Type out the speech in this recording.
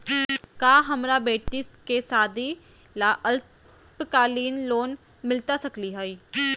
का हमरा बेटी के सादी ला अल्पकालिक लोन मिलता सकली हई?